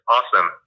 Awesome